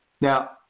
Now